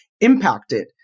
impacted